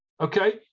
Okay